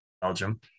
Belgium